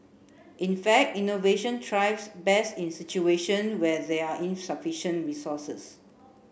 in fact innovation thrives best in situation where there are insufficient resources